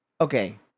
Okay